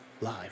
live